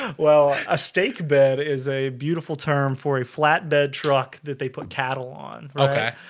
well a steak bed is a beautiful term for a flatbed truck that they put cattle on okay,